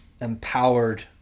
empowered